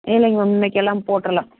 இல்லைங்க மேம் இன்றைக்கு எல்லாம் போட்டுறலாம்